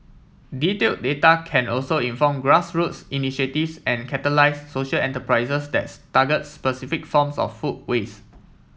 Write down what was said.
detail data can also inform grassroots initiatives and catalyse social enterprises that's target specific forms of food waste